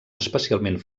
especialment